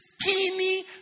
skinny